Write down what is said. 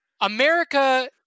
America